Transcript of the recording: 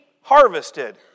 harvested